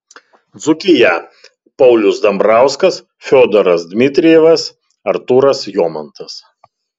dzūkija paulius dambrauskas fiodoras dmitrijevas artūras jomantas